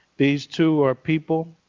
these two are people.